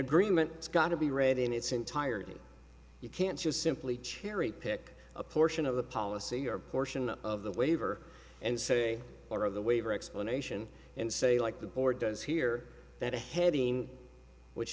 agreement it's got to be read in its entirety you can't just simply cherry pick a portion of the policy your portion of the waiver and say or of the waiver explanation and say like the board does here that a heading which